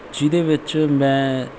ਜਿਹਦੇ ਵਿੱਚ ਮੈਂ